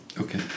Okay